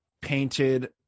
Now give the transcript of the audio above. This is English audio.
painted